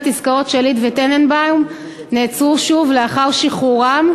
עסקאות שליט וטננבאום נעצרו שוב לאחר שחרורם,